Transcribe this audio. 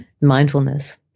mindfulness